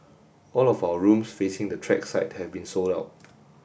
all of our rooms facing the track side have been sold out